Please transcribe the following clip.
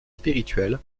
spirituel